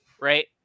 Right